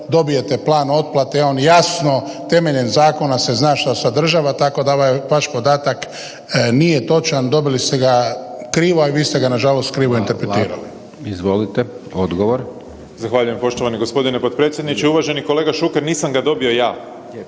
dobijete plan otplate i on jasno temeljem zakona se zna šta sadržava. Tako da ovaj vaš podatak nije točan, dobili ste ga krivo, a i vi ste ga nažalost krivo interpretirali. **Hajdaš Dončić, Siniša (SDP)** Hvala. Izvolite od odgovor. **Grbin, Peđa (SDP)** Zahvaljujem poštovani gospodine potpredsjedniče. Uvaženi kolega Šuker nisam ga dobio ja,